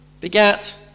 begat